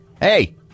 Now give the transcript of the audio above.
Hey